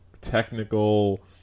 technical